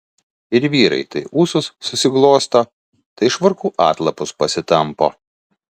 ir vyrai tai ūsus susiglosto tai švarkų atlapus pasitampo